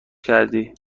کردی